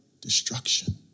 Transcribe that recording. Destruction